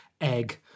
egg